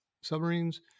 submarines